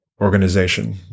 organization